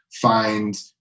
find